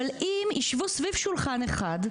אבל אם ישבו סביב שולחן אחד,